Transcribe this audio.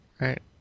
right